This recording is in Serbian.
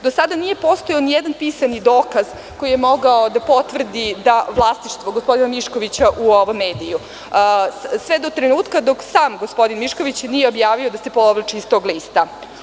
Do sada nije postojao nijedan pisani dokaz koji je mogao da potvrdi da vlasništvo gospodina Miškovića u ovim medijima sve do trenutka da gospodin Mišković nije objavio da se povlači iz tog lista.